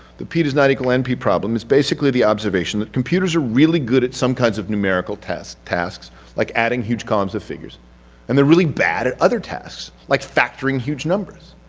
the p does not equal np problem is basically the observation that computers are really good at some kinds of numerical tasks tasks like adding huge columns of figures and they're really bad at other tasks, like factoring huge numbers.